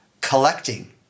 collecting